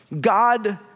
God